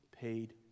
paid